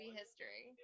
history